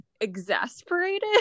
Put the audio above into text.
exasperated